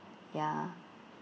ya